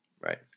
Right